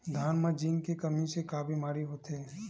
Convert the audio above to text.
धान म जिंक के कमी से का बीमारी होथे?